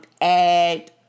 Add